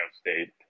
State